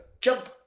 jump